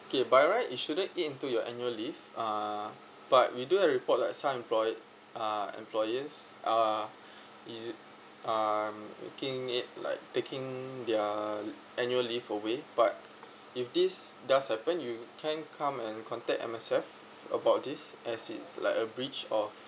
K by right it shouldn't add into your annual leave uh but we do have report like some employer uh employees uh is it um making it like taking their annual leave away but if this does happen you can come and contact M_S_F about this as its like a breach of